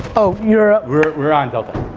oh, you're we're on delta.